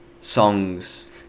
songs